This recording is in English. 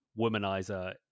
womanizer